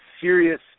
serious